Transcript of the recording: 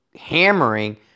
hammering